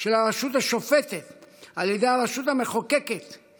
של הרשות השופטת על ידי הרשות המחוקקת היא